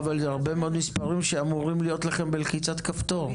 אבל אלו הרבה מאוד מספרים שצריכים להיות לכם בלחיצת כפתור.